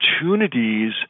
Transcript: opportunities